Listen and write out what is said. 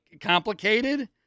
Complicated